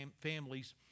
families